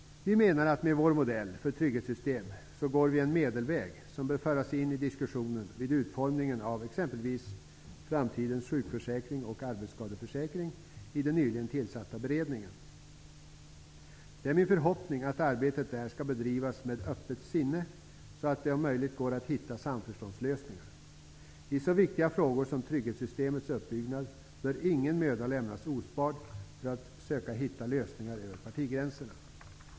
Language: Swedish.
Vi menar att vår modell för trygghetssystem är en medelväg som bör föras in i diskussionen med den nyligen tillsatta beredningen om utformningen av exempelvis framtidens sjukförsäkring och arbetsskadeförsäkring. Det är min förhoppning att arbetet där skall bedrivas med ett öppet sinne, så att det om möjligt går att hitta samförståndslösningar. I så viktiga frågor som trygghetssystemets uppbyggnad bör ingen möda för att söka hitta lösningar över partigränserna lämnas sparad.